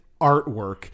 artwork